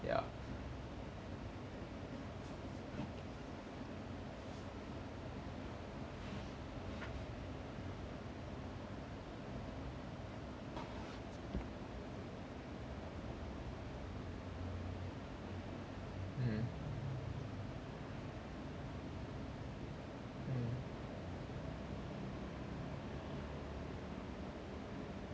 ya mm mm